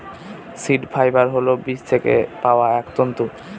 seed fibre হল বীজ থেকে পাওয়া এক তন্তু